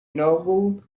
nobel